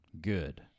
Good